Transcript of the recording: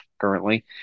currently